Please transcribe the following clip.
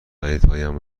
خریدهایم